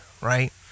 right